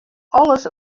alles